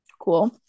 cool